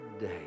day